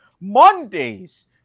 mondays